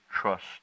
trust